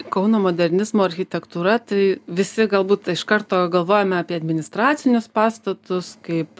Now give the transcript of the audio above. kauno modernizmo architektūra tai visi galbūt iš karto galvojame apie administracinius pastatus kaip